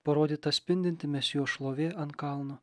parodyta spindinti mesijo šlovė ant kalno